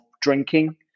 drinking